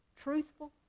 truthful